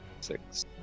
six